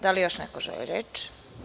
Da li još neko želi reč?